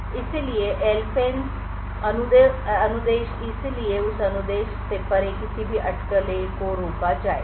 इसलिए LFENCE अनुदेश इसलिए उस अनुदेश से परे किसी भी अटकलें को रोका जाएगा